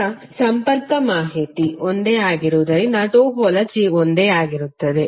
ಈಗ ಸಂಪರ್ಕ ಮಾಹಿತಿ ಒಂದೇ ಆಗಿರುವುದರಿಂದ ಟೋಪೋಲಜಿ ಒಂದೇ ಆಗಿರುತ್ತದೆ